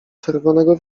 czerwonego